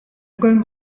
going